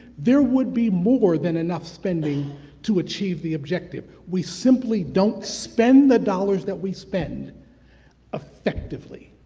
there would be more than enough spending to achieve the objective. we simply don't spend the dollars that we spend effectively.